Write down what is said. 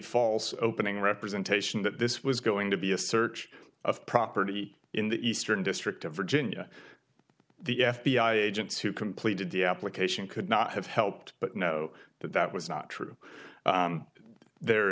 falls opening representation that this was going to be a search of property in the eastern district of virginia the f b i agents who completed the application could not have helped but know that that was not true there